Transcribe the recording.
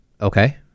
Okay